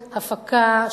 הפקה,